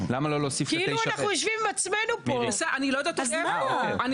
ומעבירים לאזרחי ישראל את